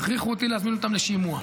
הכריחו אותי להביא אותם לשימוע,